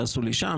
תעשו לי שם,